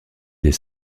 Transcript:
des